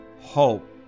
hope